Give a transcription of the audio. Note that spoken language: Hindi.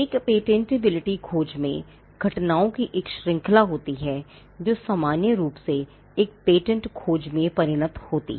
एक पेटेंटबिलिटी खोज में घटनाओं की एक श्रृंखला होती है जो सामान्य रूप से एक पेटेंट खोज में परिणत होती है